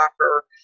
offer